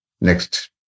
Next